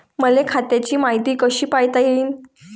मले खात्याची मायती कशी पायता येईन?